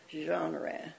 genre